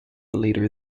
later